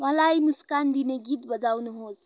मलाई मुस्कान दिने गीत बजाउनुहोस्